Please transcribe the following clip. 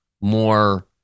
more